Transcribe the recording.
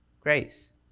grace